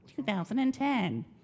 2010